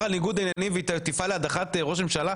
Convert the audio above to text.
על ניגוד עניינים והיא תפעל להדחת ראש ממשלה?,